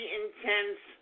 intense